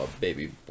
baby